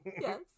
Yes